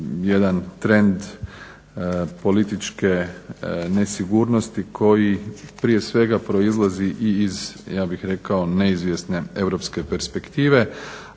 Hvala vam